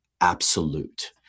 absolute